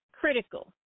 Critical